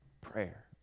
prayer